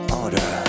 order